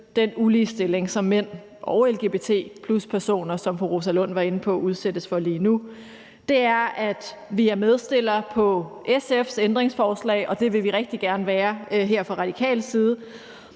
den uligestilling, som mænd – og lgbt+-personer, som fru Rosa Lund var inde på – udsættes for lige nu, er, at vi er medstillere på SF's ændringsforslag, og det vil vi her fra Radikales side